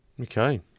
Okay